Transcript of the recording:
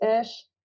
ish